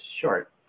short